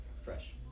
Fresh